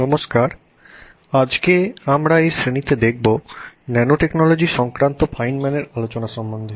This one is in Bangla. নমস্কার আজকে আমরা এই শ্রেণীতে দেখব ন্যানোটেকনোলজি সংক্রান্ত ফাইনম্যানের আলোচনা সম্বন্ধে